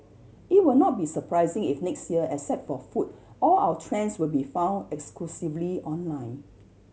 it will not be surprising if next year except for food all our trends will be found exclusively online